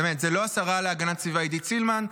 זאת לא השרה להגנת הסביבה עידית סילמן,